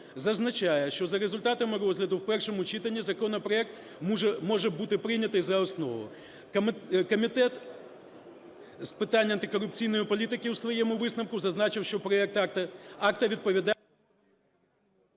зазначає, що за результатами розгляду в першому читанні законопроект може бути прийнятий за основу. Комітет з питань антикорупційної політики у своєму висновку зазначив, що проект акта відповідає…